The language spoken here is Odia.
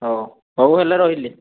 ହଉ ହଉ ହେଲେ ରହିଲି